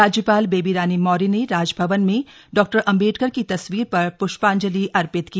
राज्यपाल बेबी रानी मौर्य ने राजभवन में डॉ अंबेडकर की तस्वीर पर प्ष्पांजलि अर्पित की